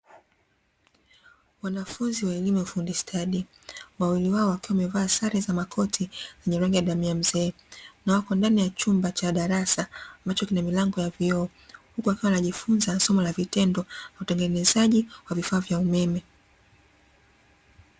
Wanafunzi wa elimu ya ufundi stadi, wawili wao wakiwa wamevaa sare za makoti yenye rangi ya damu ya mzee na wako ndani ya chumba cha darasa ambacho kina milango ya vioo huku wakiwa wanajifunza somo la vitendo “utengenezaji wa vifaa vya umeme”.